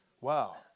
Wow